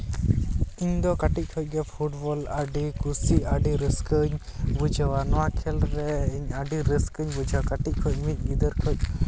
ᱤᱧ ᱫᱚ ᱠᱟᱹᱴᱤᱡ ᱠᱷᱚᱱᱜᱮ ᱯᱷᱩᱴᱵᱚᱞ ᱟᱹᱰᱤ ᱠᱩᱥᱤ ᱟᱹᱰᱤ ᱨᱟᱹᱥᱠᱟᱹ ᱵᱩᱡᱷᱟᱹᱣᱟ ᱱᱚᱣᱟ ᱠᱷᱮᱞ ᱨᱮ ᱤᱧ ᱟᱹᱰᱤ ᱨᱟᱹᱥᱠᱟᱹᱧ ᱵᱩᱡᱟ ᱠᱟᱹᱴᱤᱡ ᱠᱷᱚᱡ ᱢᱤᱫ ᱜᱤᱫᱟᱹᱨ ᱠᱷᱚᱡ